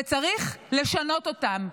וצריך לשנות אותם,